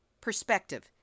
perspective